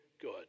good